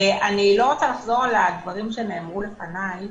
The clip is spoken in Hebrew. אני לא רוצה לחזור על הדברים שנאמרו לפניי,